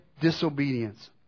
disobedience